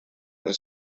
was